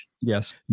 Yes